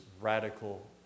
radical